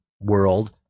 world